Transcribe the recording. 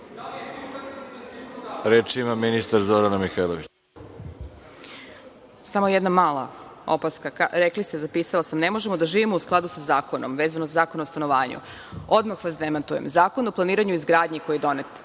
Mihajlović. **Zorana Mihajlović** Samo jedna mala opaska. Rekli ste, zapisala sam, ne možemo da živimo u skladu sa zakonom, vezano za Zakon o stanovanju. Odmah vas demantujem. Zakon o planiranju i izgradnji koji je donet,